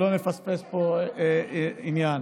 שלא נפספס פה עניין.